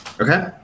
okay